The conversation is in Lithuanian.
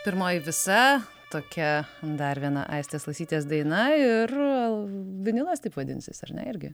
pirmoji visa tokia dar viena aistės lasytės daina ir vinilas taip vadinsis ar ne irgi